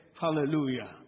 Hallelujah